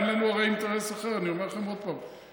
אין לנו הרי אינטרס אחר, אני אומר לכם עוד פעם.